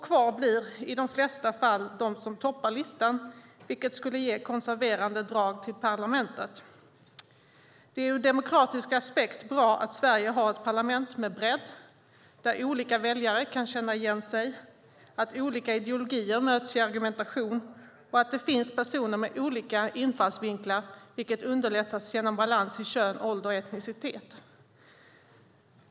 Kvar blir i de flesta fall de som toppar listan, vilket skulle ge konserverande drag till parlamentet. Det är ur demokratisk aspekt bra att Sverige har ett parlament med bredd, där olika väljare kan känna igen sig, att olika ideologier möts i argumentation och att det finns personer med olika infallsvinklar, vilket underlättas genom balans i fråga om kön, ålder och etnicitet.